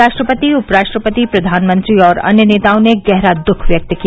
राष्ट्रपति उपराष्ट्रपति प्रधानमंत्री और अन्य नेताओं ने गहरा दुख व्यक्त किया